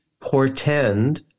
portend